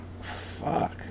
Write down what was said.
Fuck